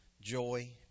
joy